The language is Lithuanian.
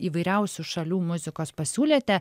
įvairiausių šalių muzikos pasiūlėte